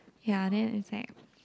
ya then it's like